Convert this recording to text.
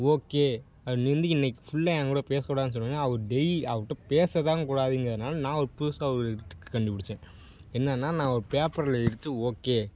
okay அப்படின்னு வந்து இன்றைக்கு ஃபுல்லாக என் கூட பேசக்கூடாதுனு சொன்னவுன்னே அவர் டெய் அவர்கிட்ட பேசதான் கூடாதுங்கிறனால நான் ஒரு புதுசாக ஒரு ட்ரிக் கண்டுபிடிச்சேன் என்னென்னால் நான் ஒரு பேப்பரில் எடுத்து ஓகே